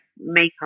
Makeup